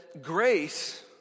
grace